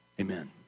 Amen